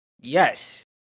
Yes